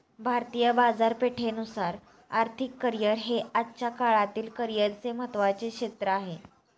भारतीय बाजारपेठेनुसार आर्थिक करिअर हे आजच्या काळातील करिअरचे महत्त्वाचे क्षेत्र आहे